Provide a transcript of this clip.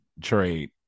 trade